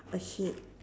ahead